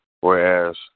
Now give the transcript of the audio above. Whereas